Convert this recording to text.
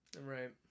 Right